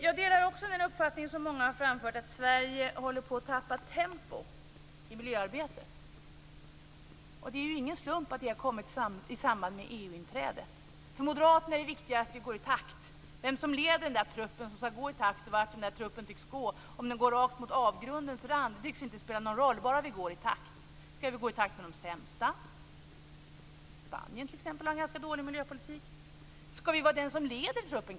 Jag delar också den uppfattning som många har framfört att Sverige håller på att tappa tempo i miljöarbetet. Det är ingen slump att det har kommit i samband med EU-inträdet. För moderaterna är det viktiga att vi går i takt. Vem som leder truppen som skall gå i takt och vart truppen tycks gå, om den går rakt mot avgrundens rand, tycks inte spela någon roll, bara vi går i takt. Skall vi gå i takt med de sämsta? Spanien har t.ex. ganska dålig miljöpolitik. Skall vi kanske vara den som leder truppen?